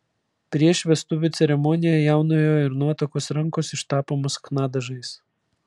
prieš vestuvių ceremoniją jaunojo ir nuotakos rankos ištapomos chna dažais